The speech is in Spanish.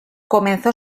comenzó